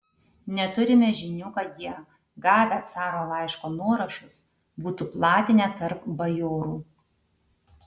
neturime žinių kad jie gavę caro laiško nuorašus būtų platinę tarp bajorų